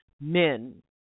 men